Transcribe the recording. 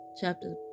chapter